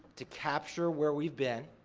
to capture where we've been,